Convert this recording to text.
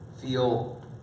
feel